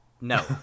No